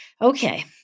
Okay